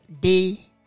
day